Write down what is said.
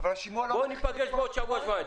בוא ניפגש בעוד שבוע-שבועיים.